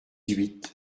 huit